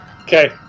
Okay